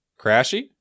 crashy